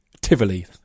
Tivoli